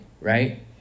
right